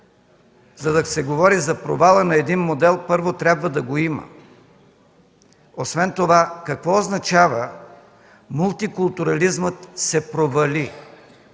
за да се говори за провала на един модел, първо трябва да го има. Освен това, какво означава „мултикултурализмът се провали”?